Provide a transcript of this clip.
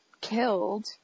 killed